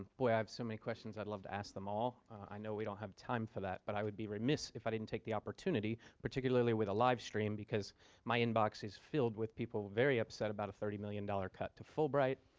boy, i have so many questions. i'd love to ask them all. i know we don't have time for that, but i would be remiss if i didn't take the opportunity, particularly with a live stream, because my inbox is filled with people very upset about a thirty million dollars cut to fulbright.